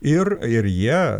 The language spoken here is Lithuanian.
ir ir jie